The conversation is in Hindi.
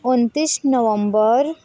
उनतीस नवंबर